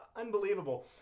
unbelievable